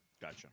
Gotcha